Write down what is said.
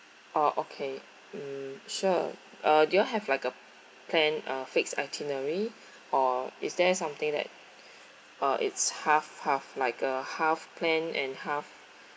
oh okay sure uh do you all have like a planned uh fixed itinerary or is there something that uh it's half half like a half plan and half